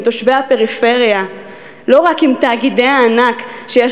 עם תושבי הפריפריה ולא רק עם תאגידי הענק שיש